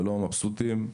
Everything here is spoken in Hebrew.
ולא מבסוטים,